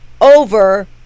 over